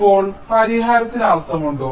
ഇപ്പോൾ പരിഹാരത്തിന് അർത്ഥമുണ്ടോ